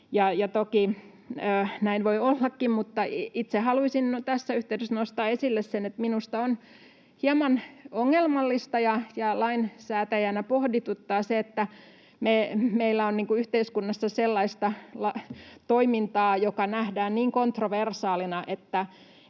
toki näin voi ollakin, mutta itse haluaisin tässä yhteydessä nostaa esille sen, että minusta on hieman ongelmallista, ja lainsäätäjänä pohdituttaa se, että meillä on yhteiskunnassa sellaista toimintaa, joka nähdään niin kontroversiaalina,